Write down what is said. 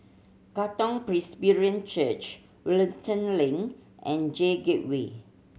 Katong Presbyterian Church Wellington Link and J Gateway